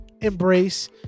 embrace